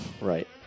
Right